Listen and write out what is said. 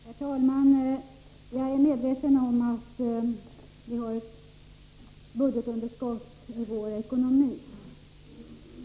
Herr talman! Jag är medveten om att vi har ett budgetunderskott i vår ekonomi.